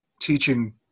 teaching